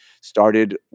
started